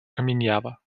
caminhava